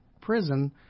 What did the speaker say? prison